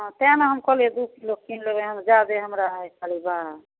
हाँ तऽ ने हम कहलिए दुइ किलो कीनि लेबै हम ज्यादा हमरा हइ परिवार